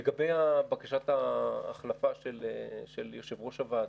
לגבי בקשת ההחלפה של יושב-ראש הוועדה.